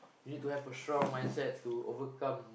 you need to have a strong mindset to overcome